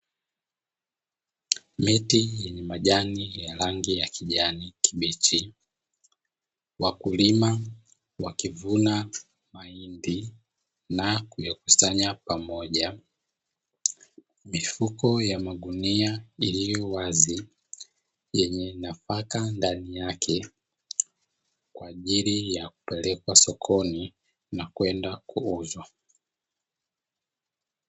Miti yenye majani yenye rangi ya kijani kibichi. Wakulima wakivuna mahindi na kuyakusanya pamoja; mifuko ya magunia iliyo wazi yenye nafaka ndani yake kwa ajili ya kupelekwa sokoni na kwenda kuuzwa.